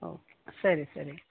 okay ಸರಿ ಸರಿ